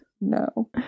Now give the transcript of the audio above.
no